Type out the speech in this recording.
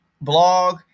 blog